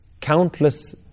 Countless